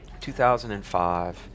2005